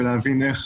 של להבין איך